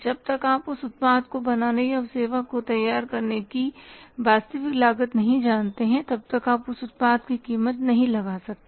जब तक आप उस उत्पाद को बनाने या उस सेवा को तैयार करने की वास्तविक लागत नहीं जानते तब तक आप उत्पाद की कीमत नहीं लगा सकते